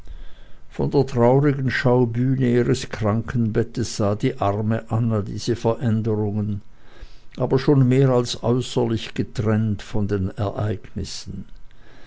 von der traurigen schaubühne ihres krankenbettes sah die arme anna diese veränderungen aber schon mehr als äußerlich getrennt von den ereignissen